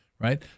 Right